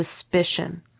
suspicion